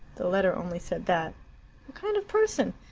the letter only said that. what kind of person?